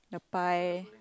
the pie